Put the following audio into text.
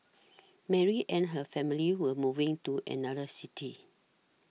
Mary and her family were moving to another city